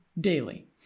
daily